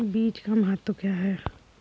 बीज का महत्व क्या है?